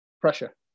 pressure